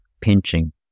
pinching